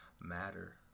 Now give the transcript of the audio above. matter